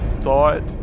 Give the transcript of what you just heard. thought